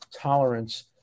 tolerance